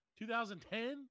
2010